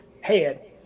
head